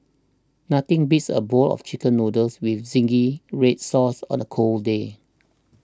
nothing beats a bowl of Chicken Noodles with Zingy Red Sauce on a cold day